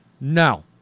No